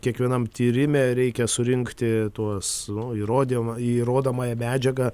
kiekvienam tyrime reikia surinkti tuos nu įrodymą įrodomąją medžiagą